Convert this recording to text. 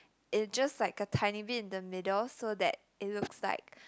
it just like a tiny bit in the middle so that it looks like